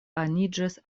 aniĝis